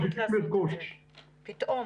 פתאום.